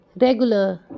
Regular